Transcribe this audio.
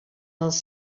dels